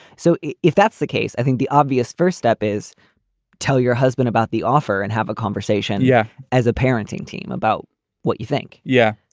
so if that's the case, i think the obvious first step is tell your husband about the offer and have a conversation. yeah. as a parenting team about what you think yeah.